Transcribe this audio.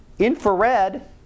infrared